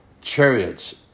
Chariots